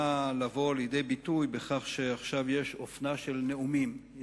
לבוא לידי ביטוי בכך שיש עכשיו אופנה של נאומים,